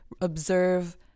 observe